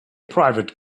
private